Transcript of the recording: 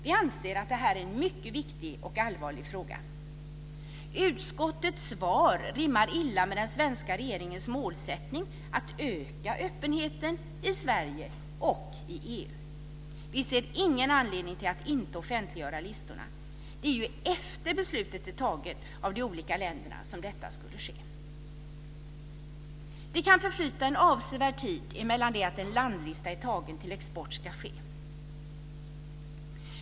Vi anser att detta är en mycket viktig och allvarlig fråga. Utskottets svar rimmar illa med den svenska regeringens målsättning att öka öppenheten i Sverige och i EU. Vi ser ingen anledning till att inte offentliggöra listorna. Det är ju efter det att beslutet är fattat av de olika länderna som detta skulle ske. Det kan förflyta en avsevärd tid mellan det att en landlista är antagen och till dess att export ska ske.